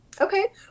Okay